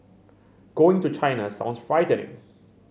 going to China sounds frightening